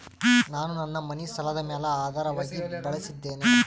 ನಾನು ನನ್ನ ಮನಿ ಸಾಲದ ಮ್ಯಾಲ ಆಧಾರವಾಗಿ ಬಳಸಿದ್ದೇನೆ